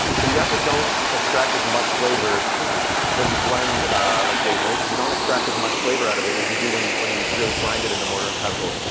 um so you actually don't extract as much flavor thank you when you blend like basil. you don't extract as much flavor out of it as you do when you when you really grind it in a mortar and pestle.